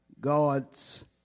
God's